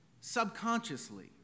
subconsciously